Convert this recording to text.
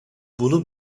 bunun